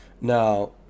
now